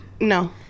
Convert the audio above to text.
No